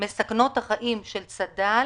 מסכנות החיים של צד"ל